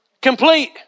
Complete